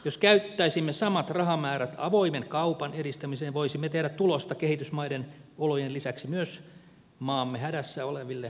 jos käyttäisimme samat rahamäärät avoimen kaupan edistämiseen voisimme tehdä tulosta kehitysmaiden olojen lisäksi myös maamme hädässä oleville vientimarkkinoille